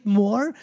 more